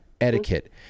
etiquette